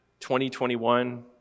2021